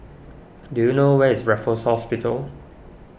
do you know where is Raffles Hospital